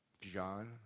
John